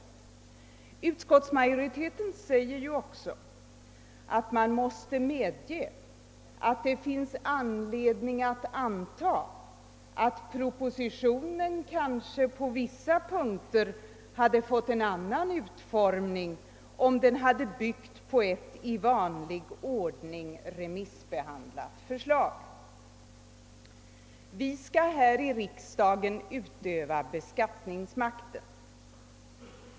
Utskottsmajoriteten medger också att det finns anledning anta att propositionen på vissa punkter hade fått en annan utformning, om den hade byggt på ett i vanlig ordning remissbehandlat förslag. Vi skall här i riksdagen utöva beskattningsmakten.